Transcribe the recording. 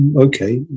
okay